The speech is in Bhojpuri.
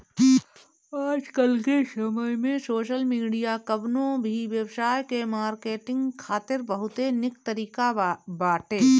आजकाल के समय में सोशल मीडिया कवनो भी व्यवसाय के मार्केटिंग खातिर बहुते निक तरीका बाटे